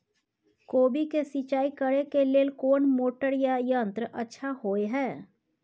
कोबी के सिंचाई करे के लेल कोन मोटर या यंत्र अच्छा होय है?